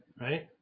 right